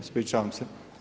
Ispričavam se.